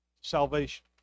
salvation